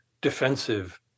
defensive